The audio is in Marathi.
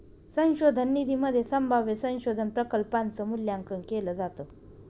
संशोधन निधीमध्ये संभाव्य संशोधन प्रकल्पांच मूल्यांकन केलं जातं